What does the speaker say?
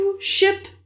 ship